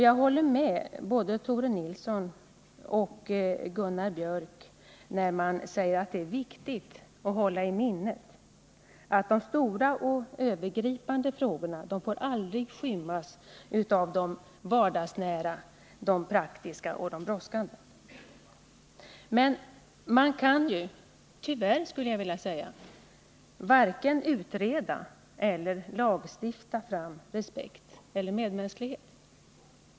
Jag håller med både Tore Nilsson och Gunnar Biörck i Värmdö, när de säger att det är viktigt att hålla i minnet att de stora Nr 51 och övergripande frågorna aldrig får skymmas av de vardagsnära, praktiska Torsdagen den och brådskande. Men man kan ju — tyvärr skulle jag vilja säga — varken utreda 13 december 1979 eller lagstifta fram respekt eller medmänsklighet.